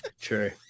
True